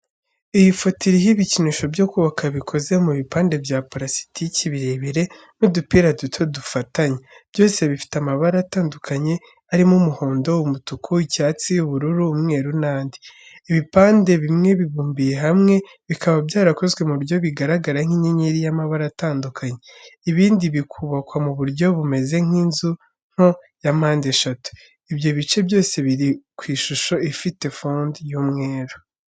Iyi foto iriho ibikinisho byo kubaka bikoze mu bipande bya purasitike birebire n’udupira duto dufatanya, byose bifite amabara atandukanye arimo umuhondo, umutuku, icyatsi, ubururu, umweru n’andi. Ibipande bimwe bibumbiye hamwe bikaba byarakozwe mu buryo bigaragara nk’inyenyeri y’amabara atandukanye, ibindi bikubakwa mu buryo bumeze nk’inzu nto ya mpandeshatu. Ibyo bice byose biri ku ishusho ifite fond y’umweru.